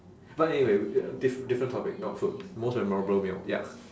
but anyway diff~ different topic not food most memorable meal ya